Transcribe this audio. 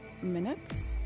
minutes